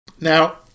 Now